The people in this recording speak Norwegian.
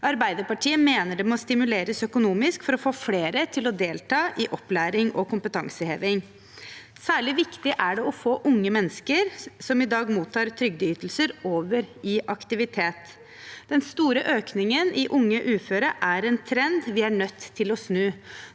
Arbeiderpartiet mener det må stimuleres økonomisk for å få flere til å delta i opplæring og kompetanseheving. Særlig viktig er det å få unge mennesker som i dag mottar trygdeytelser, over i aktivitet. Den store økningen i unge uføre er en trend vi er nødt til å snu.